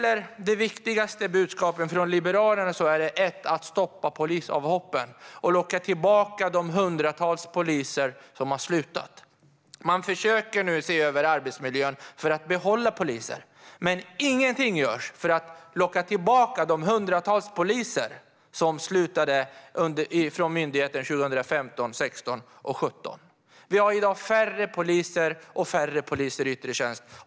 Ett viktigt budskap från Liberalerna är att stoppa polisavhoppen och locka tillbaka de hundratals poliser som har slutat. Man försöker nu se över arbetsmiljön för att behålla poliser. Men ingenting görs för att locka tillbaka de hundratals poliser som slutade på myndigheten under 2015, 2016 och 2017. Vi har i dag färre poliser och färre poliser i yttre tjänst.